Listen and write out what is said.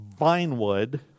Vinewood